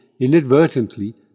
inadvertently